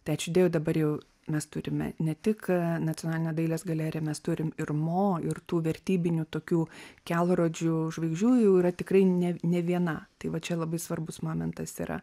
tai ačiū dievui dabar jau mes turime ne tik nacionalinę dailės galeriją mes turime ir mo ir tų vertybinių tokių kelrodžių žvaigždžių jau yra tikrai ne ne viena tai va čia labai svarbus momentas yra